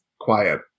quiet